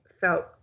felt